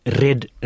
red